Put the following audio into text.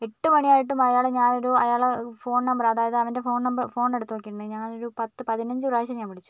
എട്ടുമണിയായിട്ടും അയാളെ ഞനൊരു അയാളെ ഫോൺ നമ്പർ അതായത് അവൻ്റെ ഫോൺ നമ്പർ ഫോൺ എടുത്തുനോക്കിട്ടുണ്ടെങ്കിൽ ഞാനൊരു പത്ത് പതിനഞ്ചു പ്രാവശ്യം ഞാൻ വിളിച്ചു